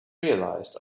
realized